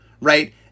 right